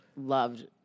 Loved